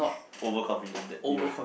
over confident that you